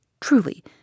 Truly